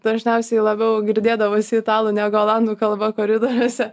dažniausiai labiau girdėdavosi italų negu olandų kalba koridoriuose